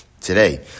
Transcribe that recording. today